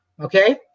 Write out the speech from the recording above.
okay